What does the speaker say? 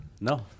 No